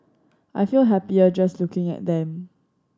I feel happier just looking at them